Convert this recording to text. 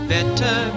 Better